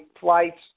flights